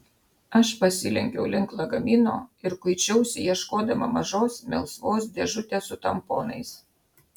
aš pasilenkiau link lagamino ir kuičiausi ieškodama mažos melsvos dėžutės su tamponais